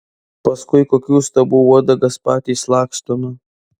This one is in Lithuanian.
paskui kokių stabų uodegas patys lakstome